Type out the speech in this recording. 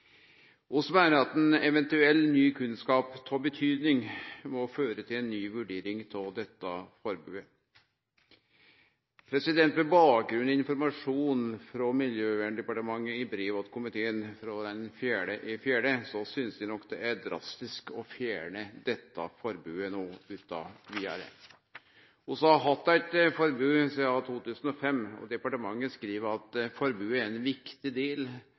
meiner at ein eventuell ny kunnskap av betyding må føre til ei ny vurdering av dette forbodet. Med bakgrunn i informasjon frå Miljøverndepartementet i brev til komiteen frå 4. april synest eg nok det er drastisk å fjerne dette forbodet no utan vidare. Vi har hatt eit forbod sidan 2005, og departementet skriv at forbodet er ein viktig del